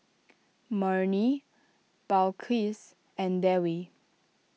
Murni Balqis and Dewi